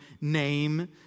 name